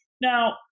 Now